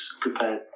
prepared